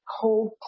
cold